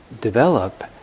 develop